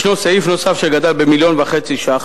ישנו סעיף נוסף שגדל ב-1.5 מיליון ש"ח,